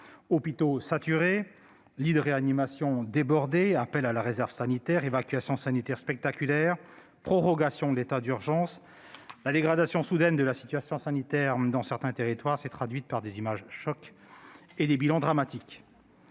Hôpitaux saturés, lits de réanimations débordés, appels à la réserve sanitaire, évacuations sanitaires spectaculaires, prorogations de l'état d'urgence ... la dégradation soudaine de la situation sanitaire dans certains territoires s'est traduite par des images-chocs et des bilans dramatiques.